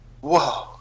whoa